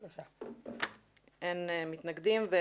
הצבעה בעד, 3 נגד, אין נמנעים,